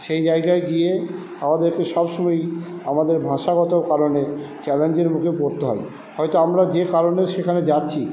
সেই জায়গায় গিয়ে আমাদেরকে সবসময়ই আমাদের ভাষাগত কারণে চ্যালেঞ্জের মুখে পড়তে হয় হয়তো আমরা যে কারণে সেখানে যাচ্ছি